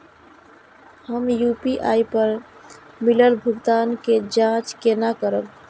हम यू.पी.आई पर मिलल भुगतान के जाँच केना करब?